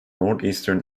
northeastern